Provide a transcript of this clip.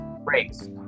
race